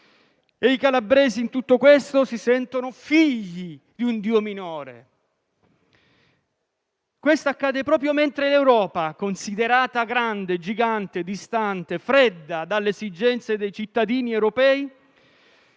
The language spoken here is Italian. i calabresi si sentono figli di un dio minore. Questo accade proprio mentre l'Europa, considerata grande, gigante, distante e fredda rispetto alle esigenze dei cittadini europei,